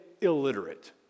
illiterate